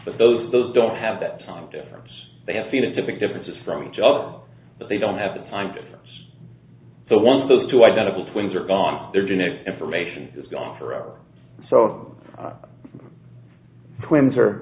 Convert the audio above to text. but those those don't have that time difference they have phenotypic differences from each other but they don't have the time difference so one of those two identical twins are on their genetic information is gone forever so twins are